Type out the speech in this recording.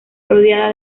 rodeada